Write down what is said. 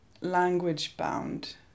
language-bound